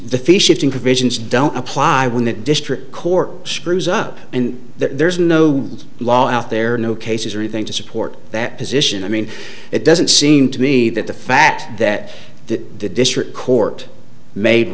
provisions don't apply when the district court screws up and there's no law out there no cases or anything to support that position i mean it doesn't seem to me that the fact that the district court made